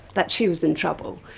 that she was in trouble.